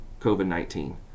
COVID-19